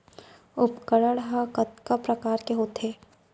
उपकरण हा कतका प्रकार के होथे?